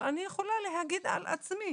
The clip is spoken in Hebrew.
אבל אני יכולה להגיד על עצמי,